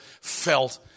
felt